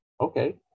Okay